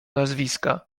nazwiska